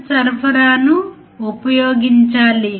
మీరు నీలం రంగు చూడవచ్చు